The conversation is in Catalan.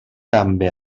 també